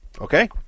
Okay